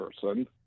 person